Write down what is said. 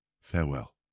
Farewell